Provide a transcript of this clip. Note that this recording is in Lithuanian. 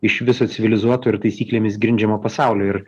iš viso civilizuoto ir taisyklėmis grindžiamo pasaulio ir